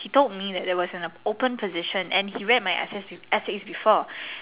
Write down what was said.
he told me that was an open position and he read my essay essay before